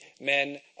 men